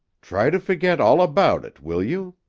try to forget all about it, will you?